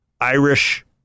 Irish